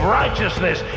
righteousness